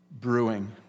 brewing